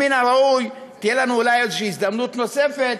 מן הראוי שתהיה לנו אולי הזדמנות נוספת,